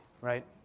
right